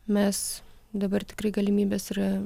mes dabar tikrai galimybės yra